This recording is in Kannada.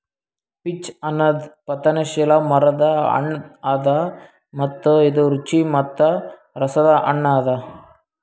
ಪೀಚ್ ಅನದ್ ಪತನಶೀಲ ಮರದ್ ಹಣ್ಣ ಅದಾ ಮತ್ತ ಇದು ರುಚಿ ಮತ್ತ ರಸದ್ ಹಣ್ಣ ಅದಾ